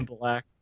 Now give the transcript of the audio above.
Black